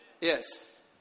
Yes